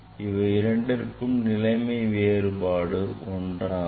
இவை இரண்டிற்கும் நிலைமையை வேறுபாடு ஒன்றாகும்